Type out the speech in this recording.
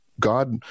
God